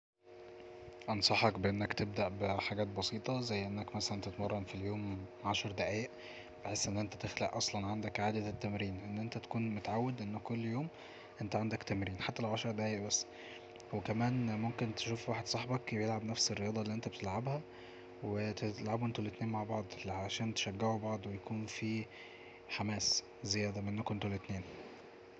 انصحك بانك تبدأ ب حاجات بسيطة زي انك مثلا تتمرن في اليوم عشر دقايق بحيث ان انت تخلق اصلا عادة للتمرين ان انت تكون متعود ان كل يوم انت عندك تمرين حتى لو عشر دقايق بس وكمان تشوف واحد صاحبك بيلعب نفس الرياضة اللي انت بتلعبها وتلعبو انتو الاتنين مع بعض علشان تشجعو بعض ويكون في حماس زيادة منكو انتو الاتنين